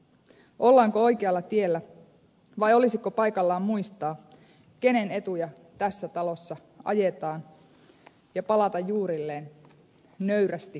ollaanko oikealla tiellä vai olisiko paikallaan muistaa kenen etuja tässä talossa ajetaan ja palata juurilleen nöyrästi kansan eteen